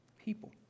people